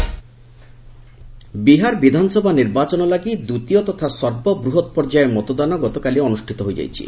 Bihar election Bihar ବିଧାନସଭା ନିର୍ବାଚନ ଲାଗି ଦ୍ୱିତୀୟ ତଥା ସର୍ବବୃହତ୍ ପର୍ଯ୍ୟାୟ ମତଦାନ ଗତକାଲି ଅନୁଷ୍ଠିତ ହୋଇଯାଇଛି